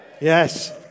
Yes